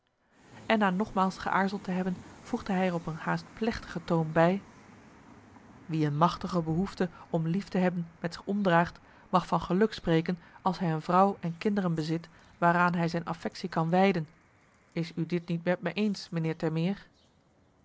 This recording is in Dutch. en na nogmaals geaarzeld te hebben voegde hij er op een haast plechtige toon bij wie een machtige behoefte om lief te hebben met zich omdraagt mag van geluk spreken als hij een vrouw en kinderen bezit waaraan hij zijn affectie kan wijden is u dit niet met me eens meneer termeer